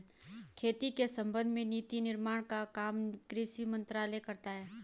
खेती के संबंध में नीति निर्माण का काम कृषि मंत्रालय करता है